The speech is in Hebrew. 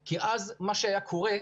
כי אז מה שהיה קורה,